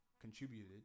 contributed